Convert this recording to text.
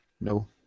No